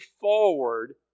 forward